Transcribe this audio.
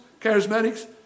charismatics